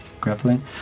grappling